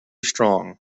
strong